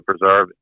preserve